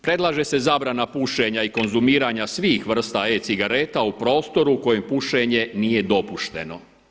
Predlaže se zabrana pušenja i konzumiranja svih vrsta e-cigareta u prostoru u kojem pušenje nije dopušteno.